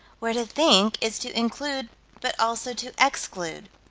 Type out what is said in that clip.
where to think is to include but also to exclude,